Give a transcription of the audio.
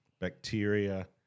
bacteria